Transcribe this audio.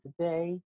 today